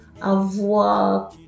avoir